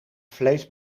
vlees